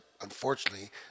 Unfortunately